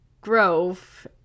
Grove